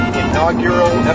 inaugural